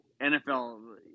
NFL